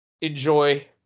enjoy